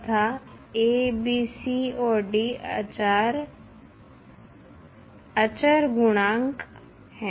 तथा और अचार गुणांक हैं